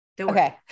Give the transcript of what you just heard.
Okay